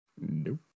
Nope